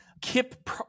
kip